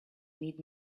need